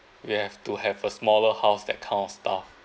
we have to have a smaller house that kind of stuff